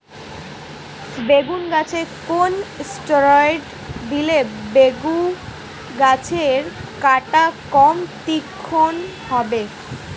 বেগুন গাছে কোন ষ্টেরয়েড দিলে বেগু গাছের কাঁটা কম তীক্ষ্ন হবে?